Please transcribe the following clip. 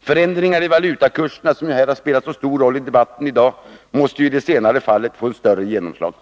Förändringar i valutakurserna, som ju har spelat så stor roll i dagens debatt, måste i det senare fallet få större genomslag.